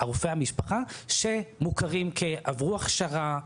ולרופאי המשפחה שמכורים ככאלו שעברו הכשרה,